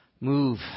move